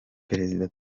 perezida